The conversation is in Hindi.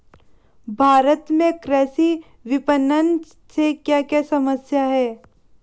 भारत में कृषि विपणन से क्या क्या समस्या हैं?